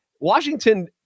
Washington